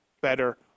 better